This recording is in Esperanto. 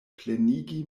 plenigi